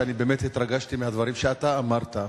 שאני באמת התרגשתי מהדברים שאתה אמרת.